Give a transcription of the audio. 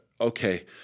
Okay